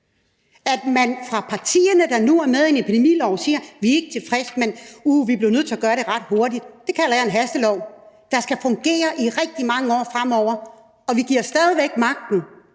med. De partier, der nu er med i en epidemilov, siger: Vi er ikke tilfredse, men uh, vi blev nødt til at gøre det ret hurtigt. Det kalder jeg en hastelov, og den skal fungere i rigtig mange år fremover. Og vi giver stadig væk magten